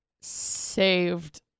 saved